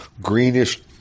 greenish